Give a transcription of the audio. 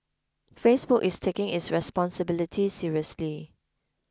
Facebook is taking its responsibility seriously